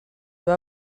peu